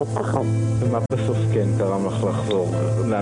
גם לזהות את הפערים כפי שאנחנו מחויבים